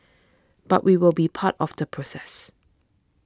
but we will be part of the process